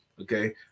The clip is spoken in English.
okay